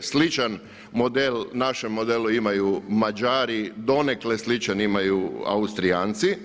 Sličan model našem modelu imaju Mađari, donekle sličan imaju Austrijanci,